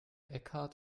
eckhart